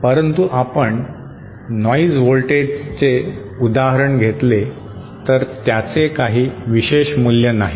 परंतु आपण नॉइज व्होल्टेजचे उदाहरण घेतले तर त्याचे काही विशेष मूल्य नाही